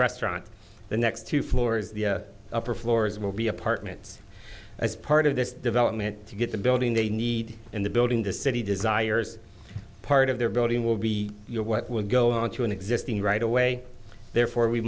restaurant the next two floors the upper floors will be apartments as part of this development to get the building they need in the building the city desires part of their building will be your what will go onto an existing right away therefore we